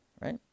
right